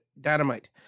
Dynamite